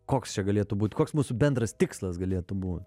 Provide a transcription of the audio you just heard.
koks čia galėtų būt koks mūsų bendras tikslas galėtų būt